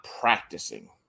practicing